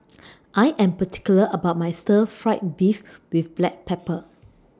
I Am particular about My Stir Fried Beef with Black Pepper